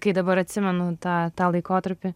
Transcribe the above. kai dabar atsimenu tą tą laikotarpį